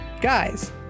guys